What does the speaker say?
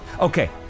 Okay